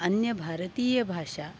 अन्यभारतीयभाषानाम्